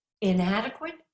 inadequate